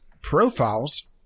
profiles